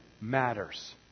matters